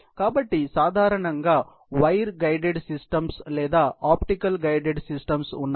కాబట్టి సాధారణంగా wire guided systems లేదా ఆప్టికల్ గైడెడ్ సిస్టమ్స్ ఉన్నాయి